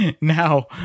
now